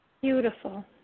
Beautiful